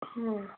ആ